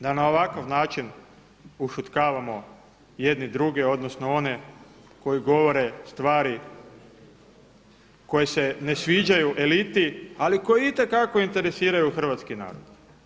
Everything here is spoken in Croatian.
Da na ovakav način ušutkavamo jedni drugi odnosno one koji govore stvari koje se sviđaju eliti, ali koji itekako interesiraju hrvatski narod.